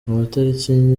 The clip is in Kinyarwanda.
amatariki